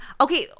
okay